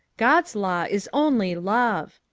god's law is only love.